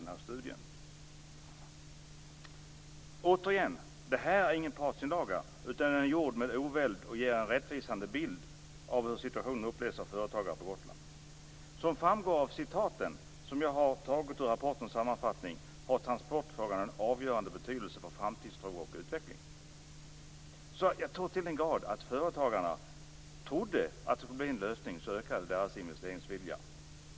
Återigen vill jag säga att detta inte är någon partsinlaga, utan den är gjord med oväld och ger en rättvisande bild av hur situationen upplevs av företagare på Gotland. Som framgår av rapportens sammanfattning har transportfrågan en avgörande betydelse för framtidstro och utveckling så till den grad att när företagarna trodde att det skulle bli en lösning ökade deras investeringsvilja.